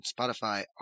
Spotify